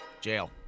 jail